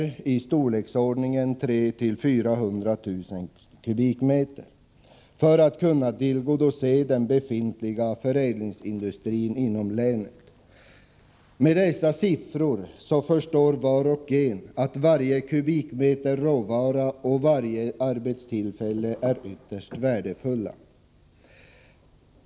Det behövs i storleksordningen 300 000-400 000 m? sågtimmer för att kunna tillgodose den befintliga förädlingsindustrin inom länet. Mot bakgrund av dessa siffror förstår var och en att varje kubikmeter råvara och varje arbetstillfälle är ytterst värdefulla.